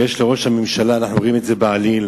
שיש לראש הממשלה, אנחנו רואים את זה בעליל: